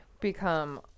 become